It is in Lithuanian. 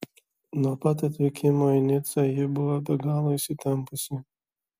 nuo pat atvykimo į nicą ji buvo be galo įsitempusi